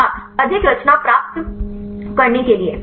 छात्र अधिक रचना प्राप्त करने के लिए